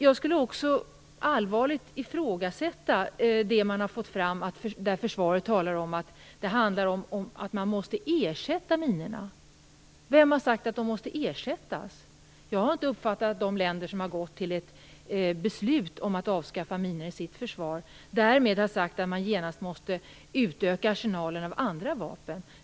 Jag skulle också allvarligt vilja ifrågasätta det som har kommit fram, dvs. att Försvaret talar om att det handlar om att man måste ersätta minorna. Vem har sagt att de måste ersättas? Jag har inte uppfattat att de länder som har gått till beslut om att avskaffa minor i sitt försvar därmed har sagt att man genast måste utöka arsenalen av andra vapen.